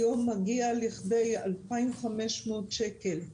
היום מגיע לכדי 2,500 שקל.